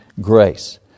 grace